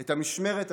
את המשמרת השלישית,